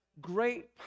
great